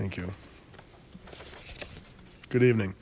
thank you good evening